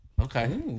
Okay